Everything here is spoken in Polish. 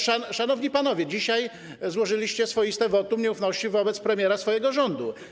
Szanowni panowie, dzisiaj złożyliście swoiste wotum nieufności wobec premiera swojego rządu.